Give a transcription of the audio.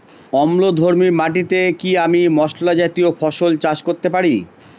অম্লধর্মী মাটিতে কি আমি মশলা জাতীয় ফসল চাষ করতে পারি?